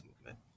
Movement